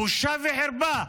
בושה וחרפה.